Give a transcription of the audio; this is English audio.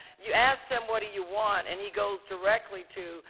you asked him what you want, and he goes directly to,